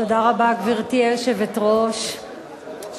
גברתי היושבת-ראש,